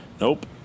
Nope